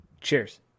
cheers